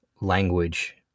language